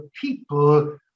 people